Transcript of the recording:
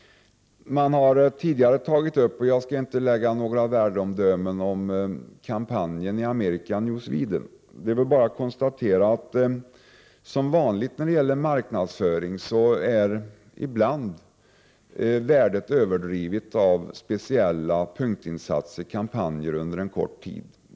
Tidigare talare har tagit upp kampanjen i Amerika, New Sweden, men jag skall inte göra några värdeomdömen om den. Jag skall bara konstatera att som vanligt när det gäller marknadsföring är värdet av speciella punktinsatser, t.ex. kampanjer under en kort tid, ibland överdrivet.